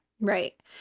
Right